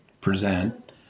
present